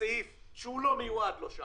מסעיף שהוא לא מיועד לו שם,